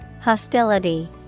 Hostility